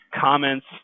comments